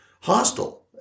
hostile